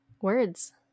words